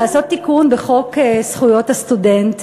לעשות תיקון בחוק זכויות הסטודנט,